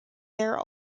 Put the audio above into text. there